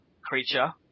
creature